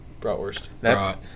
bratwurst